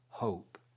hope